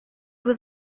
was